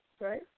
right